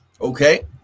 Okay